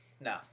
No